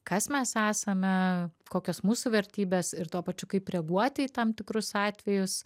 kas mes esame kokios mūsų vertybės ir tuo pačiu kaip reaguoti į tam tikrus atvejus